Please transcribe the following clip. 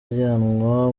ajyanwa